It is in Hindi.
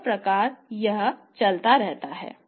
इस प्रकार यह चलता रहता है